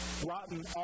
rotten